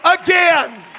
again